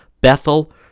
bethel